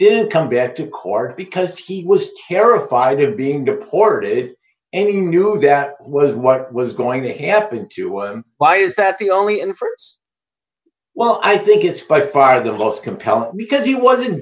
didn't come back to court because he was terrified of being deported anything new and that was what was going to happen to was why is that the only inference well i think it's by far the most compelling because he wasn't